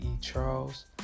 Charles